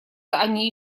они